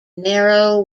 narrow